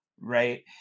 Right